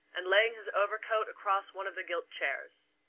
and laying his overcoat across one of the gilt chairs.